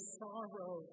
sorrow